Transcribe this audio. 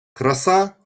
краса